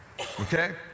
Okay